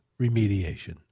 remediation